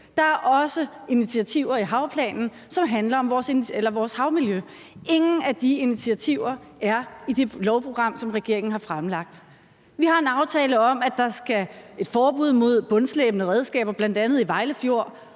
Der er også initiativer i havplanen, som handler om vores havmiljø. Ingen af de initiativer er i det lovprogram, som regeringen har fremlagt. Vi har en aftale om, at der skal være et forbud mod bundslæbende redskaber, bl.a. i Vejle Fjord